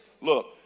Look